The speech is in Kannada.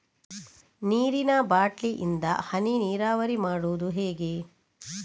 ನೀರಿನಾ ಬಾಟ್ಲಿ ಇಂದ ಹನಿ ನೀರಾವರಿ ಮಾಡುದು ಹೇಗೆ?